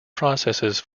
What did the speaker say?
processes